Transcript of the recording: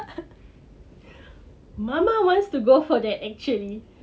mama wants to go for that actually